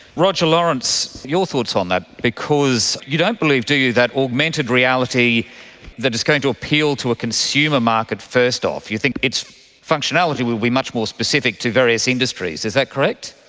roger lawrence, your thoughts on that? because you don't believe, do you, that augmented reality is going to appeal to a consumer market first off, you think its functionality will be much more specific to various industries. is that correct?